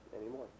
anymore